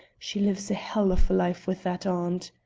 she lives a hell of a life with that aunt.